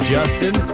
Justin